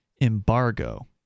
embargo